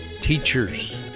Teachers